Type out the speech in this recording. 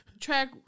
track